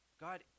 God